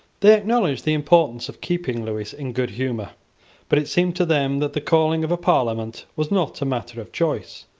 they acknowledged the importance of keeping lewis in good humour but it seemed to them that the calling of a parliament was not a matter of choice.